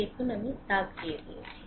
দেখুন আমি দাগ দিয়ে দিয়েছি